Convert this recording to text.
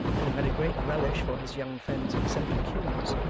and who had a great relish for his young friend's eccentric humours,